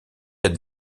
être